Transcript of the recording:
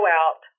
out